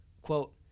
Quote